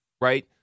right